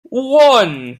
one